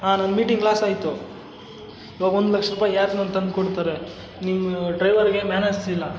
ಹಾಂ ನನ್ನ meeting loss ಆಯಿತು ಇವಾಗ ಒಂದು ಲಕ್ಷ ರೂಪಾಯಿ ಯಾರು ನನ್ಗೆ ತಂದ್ಕೊಡ್ತಾರೆ ನಿಮ್ಮ ಡ್ರೈವರ್ಗೆ ಮ್ಯಾನಸ್ ಇಲ್ಲ